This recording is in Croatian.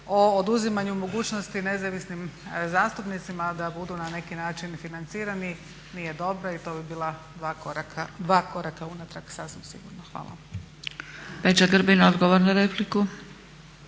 oduzimanju mogućnosti nezavisnim zastupnicima da budu na neki način financirani nije dobra i to bi bila dva koraka unatrag sasvim sigurno. Hvala.